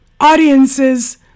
audiences